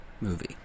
movie